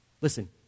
Listen